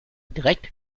direkt